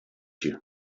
you